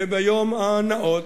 וביום הנאות,